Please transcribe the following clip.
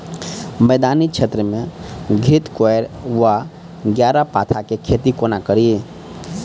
मैदानी क्षेत्र मे घृतक्वाइर वा ग्यारपाठा केँ खेती कोना कड़ी?